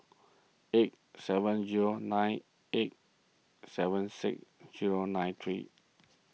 eight seven zero nine eight seven six zero nine three